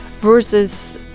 versus